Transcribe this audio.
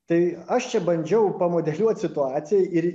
tai aš čia bandžiau pamodeliuot situaciją ir